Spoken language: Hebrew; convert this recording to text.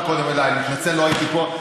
אתה דיברת קודם אליי, אני מתנצל, לא הייתי פה.